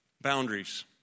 Boundaries